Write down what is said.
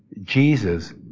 Jesus